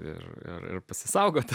ir pasisaugoti